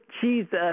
Jesus